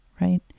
right